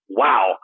wow